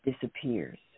disappears